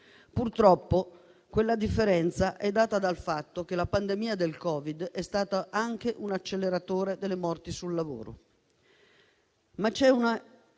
Purtroppo quella differenza è data dal fatto che la pandemia da Covid è stata anche un acceleratore delle morti sul lavoro.